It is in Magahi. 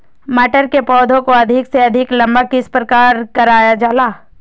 मटर के पौधा को अधिक से अधिक लंबा किस प्रकार कारण जाला?